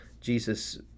jesus